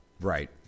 right